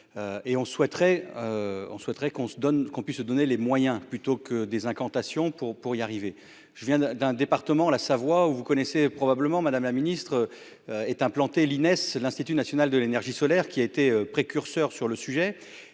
qu'on se donne, qu'on puisse se donner les moyens plutôt que des incantations pour pour y arriver, je viens d'un département, la Savoie où vous connaissez probablement Madame la ministre est implantée l'INS, l'Institut national de l'énergie solaire qui a été précurseur sur le sujet